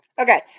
Okay